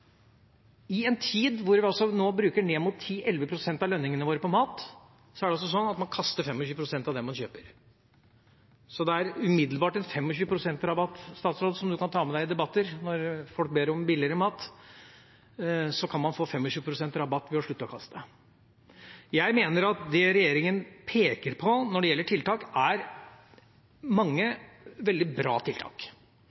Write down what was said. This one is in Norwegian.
I en tid da vi bruker ned mot 10–11 pst. av lønningene våre på mat, er det altså sånn at man kaster 25 pst. av det man kjøper. Det er umiddelbart 25 pst. rabatt som statsråden kan ta med seg i debatter når folk ber om billigere mat. Man kan få 25 pst. rabatt ved å slutte å kaste. Jeg mener at mange tiltak regjeringen peker på, er veldig bra. Det er veldig viktig at man får med seg bransjen, veldig